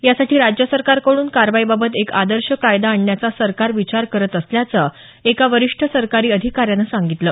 यासाठी राज्य सरकार कडून कारवाई बाबत एक आदर्श कायदा आणण्याचा सरकार विचार करत असल्याचं एका वरिष्ठ सरकारी अधिकाऱ्यानं सांगितलं